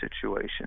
situation